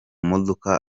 modoka